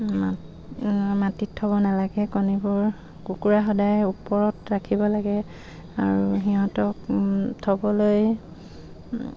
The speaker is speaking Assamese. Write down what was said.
মাটিত থ'ব নালাগে কণীবোৰ কুকুৰা সদায় ওপৰত ৰাখিব লাগে আৰু সিহঁতক থ'বলৈ